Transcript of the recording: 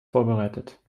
vorbereitet